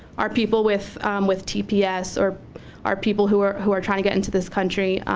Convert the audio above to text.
are people with with tps, or our people who are who are trying to get into this country,